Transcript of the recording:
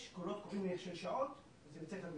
יש קולות קוראים של שעות, זה בית ספר מגיש,